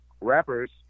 rappers